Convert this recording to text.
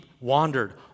wandered